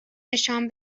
نشان